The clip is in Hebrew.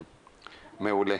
מעולה.